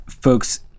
folks